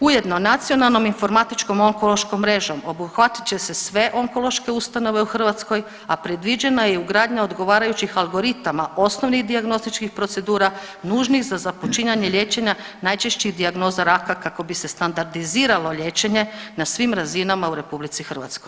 Ujedno nacionalnom informatičkom onkološkom mrežom obuhvatit će se sve onkološke ustanove u Hrvatskoj, a predviđena je i ugradnja odgovarajućih algoritama osnovnih dijagnostičkih procedura nužnih za započinjanje liječenja najčešćih dijagnoza raka kako bi se standardiziralo liječenje na svim razinama u Republici Hrvatskoj.